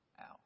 out